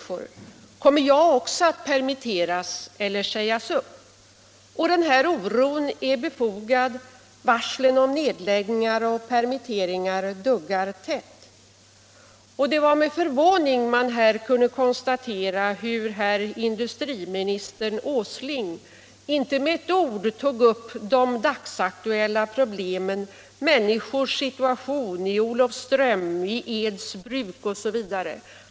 Kommer också jag att permitteras eller sägas upp? Oron är befogad. Varslen om nedläggningar och permitteringar duggar tätt. Med förvåning kunde jag konstatera att herr industriministern Åsling inte med ett ord tog upp de dagsaktuella problemen, människors situation i Olofström, i Edsbruk osv.